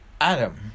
Adam